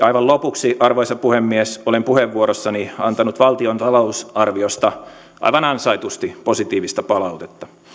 aivan lopuksi arvoisa puhemies olen puheenvuorossani antanut valtion talousarviosta aivan ansaitusti positiivista palautetta